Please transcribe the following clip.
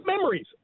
memories